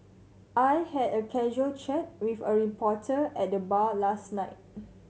I had a casual chat with a reporter at a bar last night